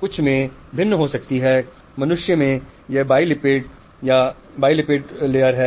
कुछ में भिन्न हो सकती है मनुष्यों में यह BILIPID द्वि लिपिड है